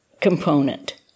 component